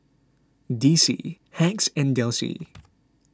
D C Hacks and Delsey